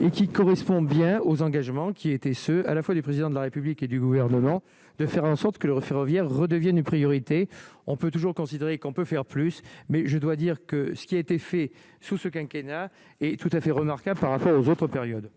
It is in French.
et qui correspond bien aux engagements qui étaient ceux à la fois du président de la République et du gouvernement de faire en sorte que leur ferroviaire redevienne une priorité, on peut toujours considérer qu'on peut faire plus, mais je dois dire que ce qui a été fait sous ce quinquennat et tout à fait remarquable par rapport aux autres périodes.